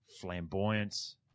flamboyance